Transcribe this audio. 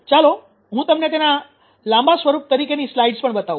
ચાલો હું તમને તેના લાંબા સ્વરૂપ તરીકેની સ્લાઇડ્સ પણ બતાવું